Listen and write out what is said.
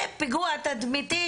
זה פיגוע תדמיתי,